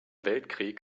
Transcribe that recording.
weltkrieg